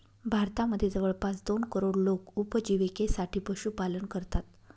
भारतामध्ये जवळपास दोन करोड लोक उपजिविकेसाठी पशुपालन करतात